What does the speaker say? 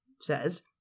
says